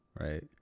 right